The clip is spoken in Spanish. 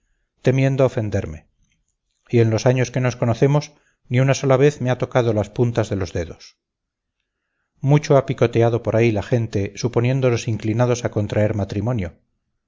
respetuosísimas temiendo ofenderme y en los años que nos conocemos ni una sola vez me ha tocado las puntas de los dedos mucho ha picoteado por ahí la gente suponiéndonos inclinados a contraer matrimonio